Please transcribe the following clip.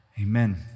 Amen